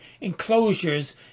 enclosures